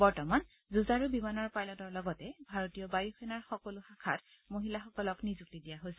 বৰ্তমান যুঁজাৰু বিমানৰ পাইলটৰ লগতে ভাৰতীয় বায়ু সেনাৰ সকলো শাখাত মহিলাসকলক নিযুক্তি দিয়া হৈছে